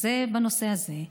זה, בנושא הזה.